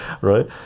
right